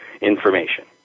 information